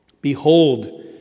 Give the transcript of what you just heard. Behold